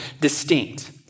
distinct